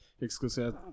exclusive